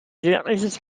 jegliches